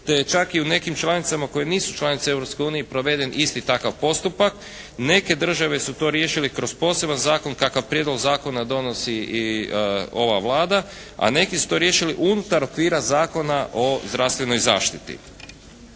je čak i u nekim članicama koje nisu članice Europske unije proveden isti takav postupak. Neke države su to riješile kroz poseban zakon kakav prijedlog zakona donosi i ova Vlada, a neki su to riješili unutar okvira zakona o zdravstvenoj zaštiti.